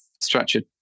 structured